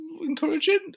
encouraging